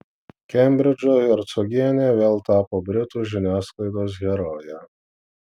kembridžo hercogienė vėl tapo britų žiniasklaidos heroje